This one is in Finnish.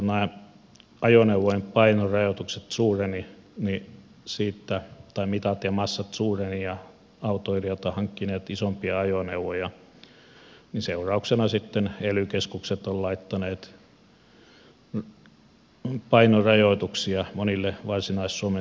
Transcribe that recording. nythän kun nämä ajoneuvojen mitat ja massa suurenivat ja autoilijat ovat hankkineet isompia ajoneuvoja seurauksena sitten ely keskukset ovat laittaneet painorajoituksia monille varsinais suomen silloille